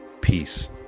Peace